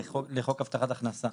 לחוק הבטחת הכנסה,